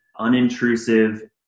unintrusive